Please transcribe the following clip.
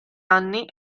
anni